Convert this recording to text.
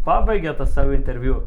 pabaigia tą savo interviu